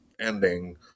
ending